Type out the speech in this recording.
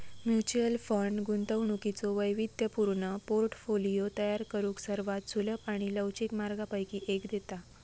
mutual fund गुंतवणुकीचो वैविध्यपूर्ण portfolio तयार करुक सर्वात सुलभ आणि लवचिक मार्गांपैकी एक देता